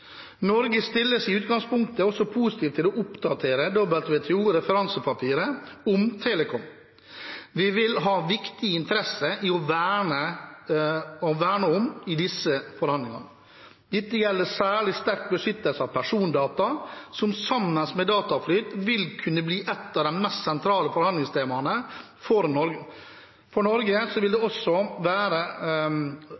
Norge stiller seg i utgangspunktet også positiv til å oppdatere WTO-referansepapiret om telekom. Vi vil ha viktige interesser å verne om i disse forhandlingene. Dette gjelder særlig sterk beskyttelse av persondata, som sammen med dataflyt vil kunne bli et av de mest sentrale forhandlingstemaene. For Norge